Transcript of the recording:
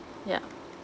yeah